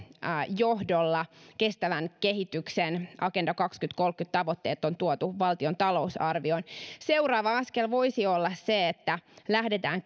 johdolla kestävän kehityksen agenda kaksituhattakolmekymmentä tavoitteet on tuotu valtion talousarvioon seuraava askel voisi olla se että lähdetään